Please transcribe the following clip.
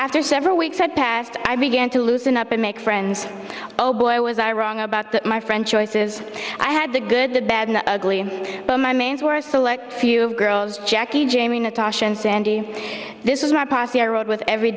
after several weeks had passed i began to loosen up and make friends oh boy was i wrong about that my friend choices i had the good the bad and ugly but my mains were a select few of girls jackie jamie natasha and sandy this was my posse i rode with every